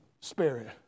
Spirit